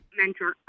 mentor